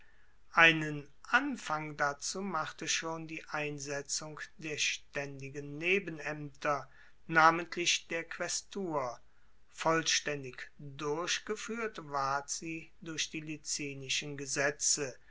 einen anfang dazu machte schon die einsetzung der staendigen nebenaemter namentlich der quaestur vollstaendig durchgefuehrt ward sie durch die licinischen gesetze